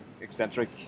eccentric